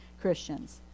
Christians